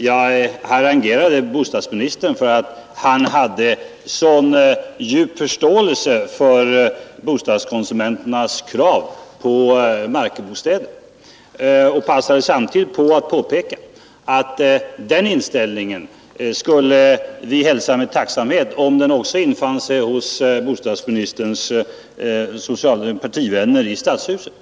Jag harangerade bostadsministern för att han hade en så djup förståelse för bostadskonsumenternas krav på markkontaktbostäder och passade samtidigt på att påpeka att vi skulle hälsa med tacksamhet, om denna inställning också infann sig hos bostadsministerns partivänner i Stadshuset.